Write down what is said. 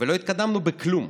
ולא התקדמנו בכלום,